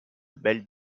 belles